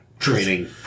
Training